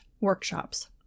workshops